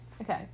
Okay